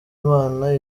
imana